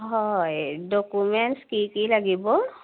হয় ডকুমেণ্টছ কি কি লাগিব